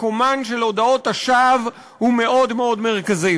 מקומן של הודאות השווא הוא מאוד מאוד מרכזי.